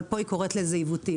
אבל פה היא קוראת לזה עיוותים.